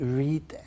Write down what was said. read